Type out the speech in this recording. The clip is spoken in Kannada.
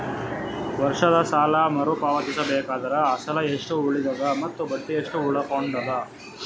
ವರ್ಷದ ಸಾಲಾ ಮರು ಪಾವತಿಸಬೇಕಾದರ ಅಸಲ ಎಷ್ಟ ಉಳದದ ಮತ್ತ ಬಡ್ಡಿ ಎಷ್ಟ ಉಳಕೊಂಡದ?